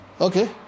Okay